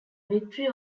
victory